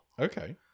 Okay